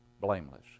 Blameless